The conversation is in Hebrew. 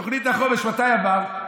תוכנית החומש, מתי עברה?